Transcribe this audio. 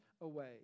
away